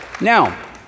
Now